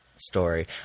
story